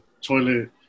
toilet